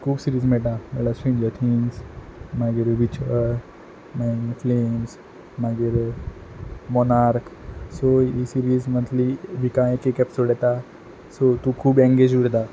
खूब सिरीज मेयटा म्हणल्यार स्विंजर थिंग्स मागीर रिच्युअल मागीर क्लेम्स मागीर मोनार्क सो हीं सिरीस मंथ्ली विका एक एक एपिसोड येता सो तूं खूब एन्गेज उरता